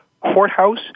courthouse